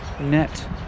net